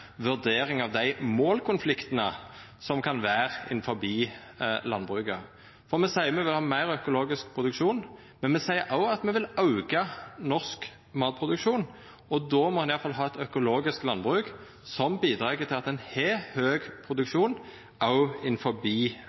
vurdering av dei målkonfliktane som kan vera innanfor landbruket. Me seier at me vil ha meir økologisk produksjon, men me seier òg at me vil auka norsk matproduksjon, og då må ein iallfall ha eit økologisk landbruk som bidreg til at ein har høg produksjon